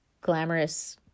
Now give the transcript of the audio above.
glamorous